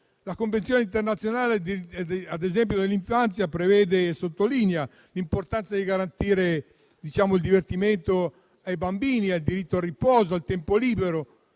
La Convenzione internazionale dell'infanzia, ad esempio, prevede e sottolinea l'importanza di garantire il divertimento ai bambini, il diritto al riposo, al tempo libero,